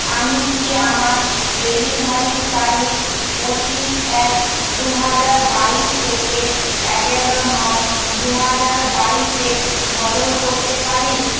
আমি কি আমার ডেলিভারির তারিখ পঁচিশ এক দু হাজার বাইশ থেকে এগারো নয় দু হাজার বাইশে বদল করতে পারি